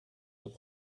with